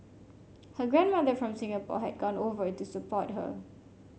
her grandmother from Singapore had gone over to support her